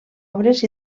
obres